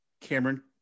Cameron